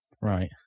Right